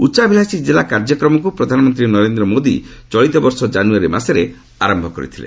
ଉଚ୍ଚାଭିଳାଷି ଜିଲ୍ଲା କାର୍ଯ୍ୟକ୍ରମକୁ ପ୍ରଧାନମନ୍ତ୍ରୀ ନରେନ୍ଦ୍ର ମୋଦି ଚଳିତ ବର୍ଷ ଜାନୁଆରୀ ମାସରେ ଆରମ୍ଭ କରିଥିଲେ